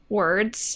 words